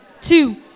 two